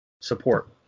support